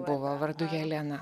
buvo vardu helena